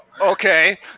okay